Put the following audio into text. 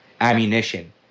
ammunition